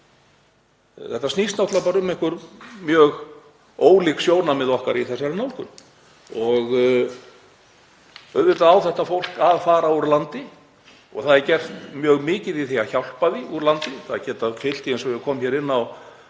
Þetta snýst náttúrlega um einhver mjög ólík sjónarmið okkar í þessari nálgun. Auðvitað á þetta fólk að fara úr landi og það er gert mjög mikið í því að hjálpa því úr landi. Það geta fylgt því, eins og ég kom inn á,